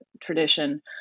tradition